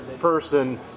person